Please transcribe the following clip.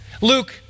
Luke